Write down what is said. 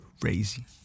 crazy